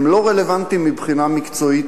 אבל הם לא רלוונטיים מבחינה מקצועית,